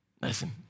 Listen